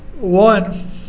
One